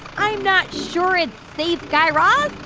i'm not sure it's safe, guy raz.